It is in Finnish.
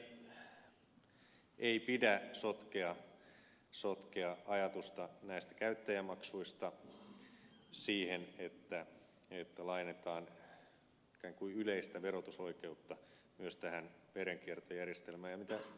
mielestäni ei pidä sotkea ajatusta näistä käyttäjämaksuista siihen että laajennetaan ikään kuin yleistä verotusoikeutta myös tähän verenkiertojärjestelmään